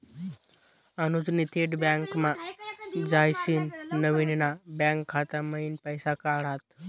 अनुजनी थेट बँकमा जायसीन नवीन ना बँक खाता मयीन पैसा काढात